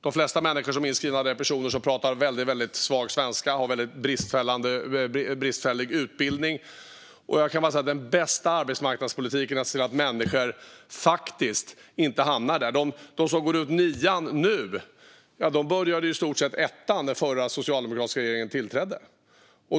De flesta människor som är inskrivna på Arbetsförmedlingen är personer som pratar väldigt svag svenska och har bristfällig utbildning. Den bästa arbetsmarknadspolitiken är att se till att människor inte hamnar där. De som går ut nian nu började i stort sett ettan när den förra socialdemokratiska regeringen tillträdde.